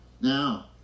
Now